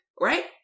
right